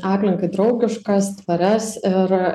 aplinkai draugiškas tvarias ir